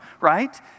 right